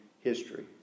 history